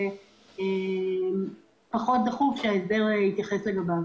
ולכן פחות דחוף שההסדר יתייחס לגביו.